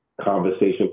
conversation